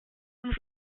uns